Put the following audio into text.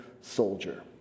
soldier